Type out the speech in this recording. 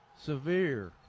severe